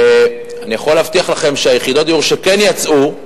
ואני יכול להבטיח לכם שיחידות הדיור שכן יצאו,